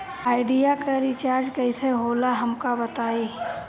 Idea के recharge कईसे होला हमका बताई?